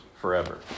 forever